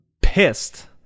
pissed